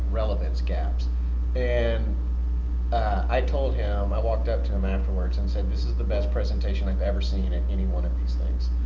relevance gaps and i told him, i walked up to him afterwards and said this is the best presentation i've ever seen at any one of these things.